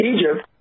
Egypt